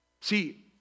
See